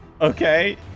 Okay